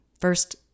first